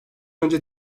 önce